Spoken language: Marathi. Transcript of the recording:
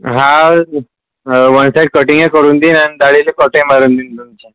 हा वन साइड कटिंगही करून देईन आणि दाढीला कटही मारून देईन तुमच्या